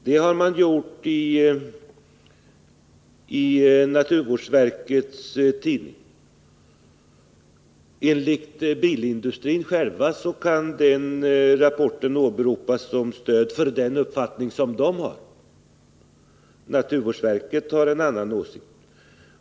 Det har man gjort i naturvårdsverkets tidning. Enligt bilindustrin kan rapporten åberopas som stöd för den uppfattning man har där, medan naturvårdsverket har en annan åsikt.